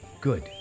Good